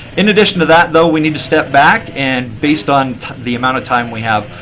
in addition to that, though, we need to step back. and based on the amount of time we have,